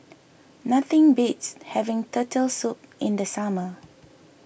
nothing beats having Turtle Soup in the summer